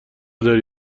داری